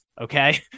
Okay